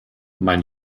mein